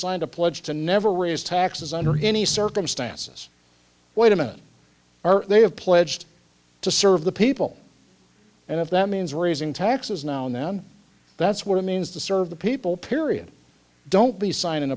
signed a pledge to never raise taxes under any circumstances wait a minute are they have pledged to serve the people and if that means raising taxes now and then that's what it means to serve the people period don't be signing